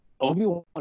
Obi-Wan